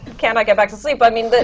can i get back to sleep? i mean but